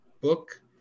book